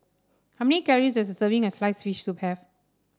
how many calories does a serving as sliced fish soup have